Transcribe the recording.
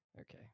Okay